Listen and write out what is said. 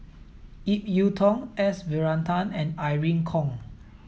Ip Yiu Tung S Varathan and Irene Khong